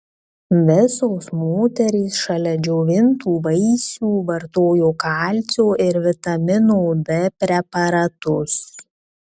visos moterys šalia džiovintų vaisių vartojo kalcio ir vitamino d preparatus